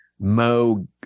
Mo